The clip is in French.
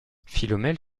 philomèle